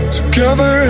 Together